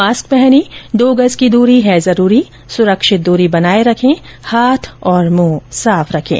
mask पहनें दो गज की दूरी है जरूरी सुरक्षित दूरी बनाए रखें हाथ और मुंह साफ रखें